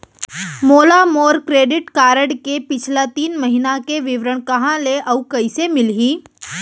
मोला मोर credit card के पिछला तीन महीना के विवरण कहाँ ले अऊ कइसे मिलही?